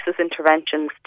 interventions